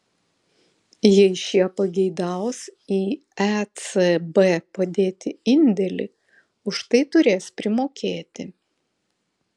jei šie pageidaus į ecb padėti indėlį už tai turės primokėti